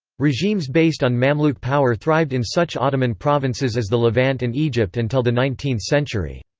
regimes based on mamluk power thrived in such ottoman provinces as the levant and egypt until the nineteenth century.